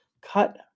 cut